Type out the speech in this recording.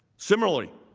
similarly,